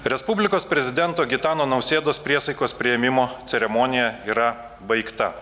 respublikos prezidento gitano nausėdos priesaikos priėmimo ceremonija yra baigta